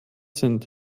sind